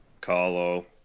Carlo